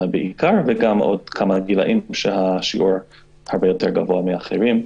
וגם עוד כמה גילאים שהשיעור הרבה יותר גבוה מאחרים.